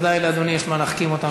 נגד חוק ההשתקה,